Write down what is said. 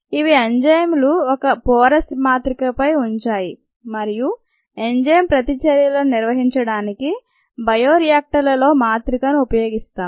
ఇవి ఎంజైములు ఒక పోరస్ మాత్రికపై ఉంచాయి మరియు ఎంజైమ్ ప్రతిచర్యలను నిర్వహించడానికి బయోరియాక్టర్లలో మాత్రికను ఉపయోగిస్తాము